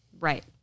Right